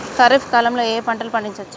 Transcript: ఖరీఫ్ కాలంలో ఏ ఏ పంటలు పండించచ్చు?